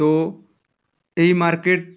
ତ ଏହି ମାର୍କେଟ